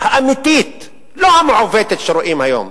האמיתית, ולא המעוּותת שרואים היום.